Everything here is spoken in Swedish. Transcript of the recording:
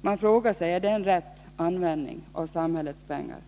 Man frågar sig: Är det en riktig användning av samhällets pengar?